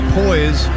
poise